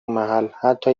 محل، حتی